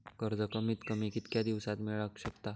कर्ज कमीत कमी कितक्या दिवसात मेलक शकता?